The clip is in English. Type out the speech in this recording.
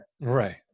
Right